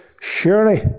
Surely